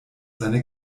seine